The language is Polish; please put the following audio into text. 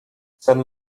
sen